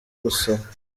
gusoma